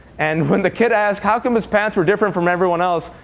and when the kid asked how come his pants were different from everyone else,